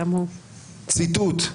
ציטוט: